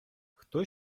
хто